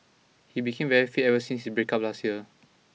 he became very fit ever since his breakup last year